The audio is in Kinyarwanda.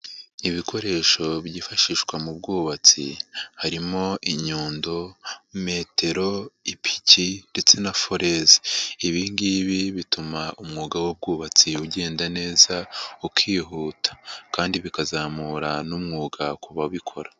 Ibikoresho byifashishwa mu bwubatsi harimo inyundo, metero, ipiki ndetse na foreze. Ibi ngibi bituma umwuga w'ubwubatsi ugenda neza ukihuta kandi bikazamura n'umwuga ku babikora.